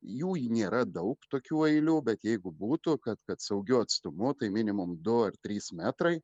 jų nėra daug tokių eilių bet jeigu būtų kad kad saugiu atstumu tai minimum du ar trys metrai